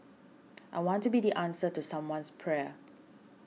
I want to be the answer to someone's prayer